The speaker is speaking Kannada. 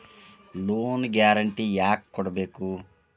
ಲೊನ್ ಗ್ಯಾರ್ಂಟಿ ಯಾಕ್ ಕೊಡ್ಬೇಕು?